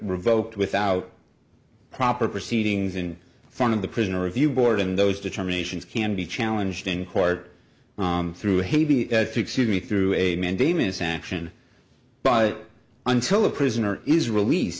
revoked without proper proceedings in front of the prisoner review board and those determinations can be challenged in court through hate me through a mandamus action but until a prisoner is release